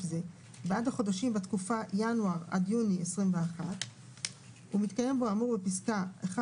זה בעד החודשים בתקופה ינואר עד יוני 2021 ומתקיים בו האמור בפסקה (1),